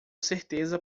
certeza